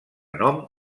nom